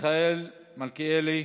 מיכאל מלכיאלי.